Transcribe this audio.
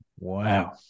wow